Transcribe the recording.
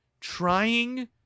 trying